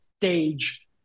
stage